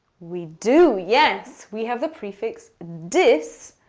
we do. yes. we have the prefix, dis.